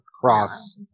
cross